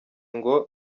ngo